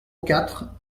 quatre